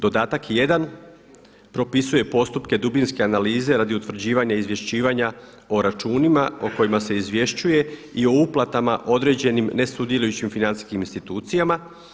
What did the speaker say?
Dodatak 1. propisuje postupke dubinske analize radi utvrđivanja izvješćivanja o računima o kojima se izvješćuje i o uplatama određenim nesudjelujućim financijskim institucijama.